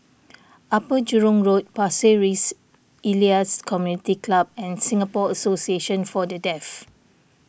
Upper Jurong Road Pasir Ris Elias Community Club and Singapore Association for the Deaf